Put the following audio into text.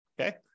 okay